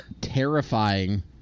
Terrifying